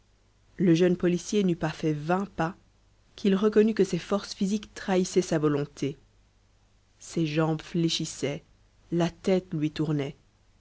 le jeune policier n'eut pas fait vingt pas qu'il reconnut que ses forces physiques trahissaient sa volonté ses jambes fléchissaient la tête lui tournait